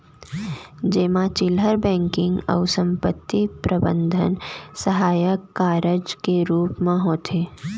जेमा चिल्लहर बेंकिंग अउ संपत्ति प्रबंधन सहायक कारज के रूप म होथे